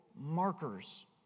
markers